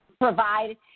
provide